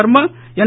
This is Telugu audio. శర్మ ఎన్